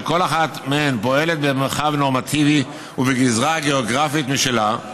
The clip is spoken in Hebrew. שכל אחת מהן פועלת במרחב נורמטיבי ובגזרה גיאוגרפית משלה,